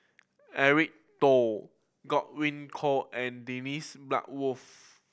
Eric Teo Godwin Koay and Dennis Bloodworth